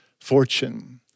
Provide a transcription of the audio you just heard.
fortune